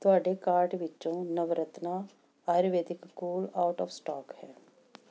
ਤੁਹਾਡੇ ਕਾਰਟ ਵਿੱਚੋਂ Navratna Ayurvedic cool out of stock ਹੈ